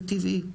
זה טבעי,